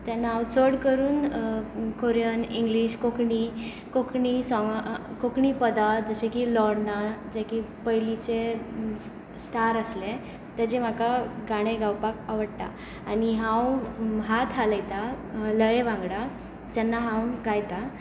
तेन्ना हांव चड करून कोरीयन इंग्लीश कोंकणी साँगां कोंकणी पदां जशें की लॉर्ना पयलीचें स्टार आसलें ताजें म्हाका गाणे गावपाक आवडटा आनी हांव हाथ हालयता लये वांगडा जेन्ना हांव गायता